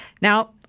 Now